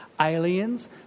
aliens